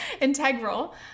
integral